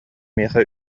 миэхэ